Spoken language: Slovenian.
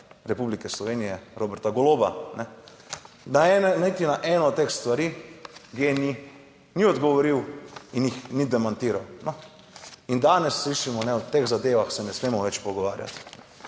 Republike Slovenije Roberta Goloba. Da niti na eno od teh stvari GEN-I ni odgovoril in jih ni demantiral. No, in danes slišimo, o teh zadevah se ne smemo več pogovarjat.